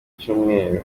icyumweru